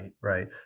Right